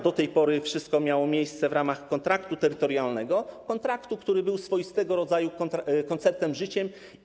Do tej pory wszystko miało miejsce w ramach kontraktu terytorialnego, kontraktu, który był swoistego rodzaju koncertem życzeń.